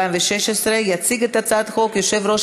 התשע"ו 2016. יציג את הצעת החוק יושב-ראש